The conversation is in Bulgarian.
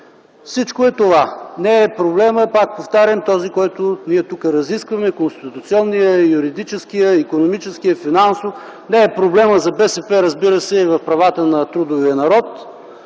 Всичко е това. Не е проблемът, пак повтарям, този, който тук ние разискваме – конституционния, юридическия, икономическия, финансов. Не е проблемът за БСП, разбира се, и в правата на трудовия народ,